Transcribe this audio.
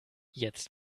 jetzt